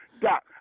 Doc